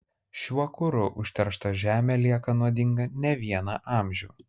šiuo kuru užteršta žemė lieka nuodinga ne vieną amžių